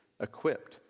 equipped